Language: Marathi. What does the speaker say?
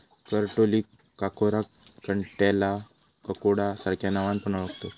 करटोलीक काकोरा, कंटॉला, ककोडा सार्ख्या नावान पण ओळाखतत